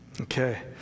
Okay